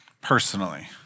personally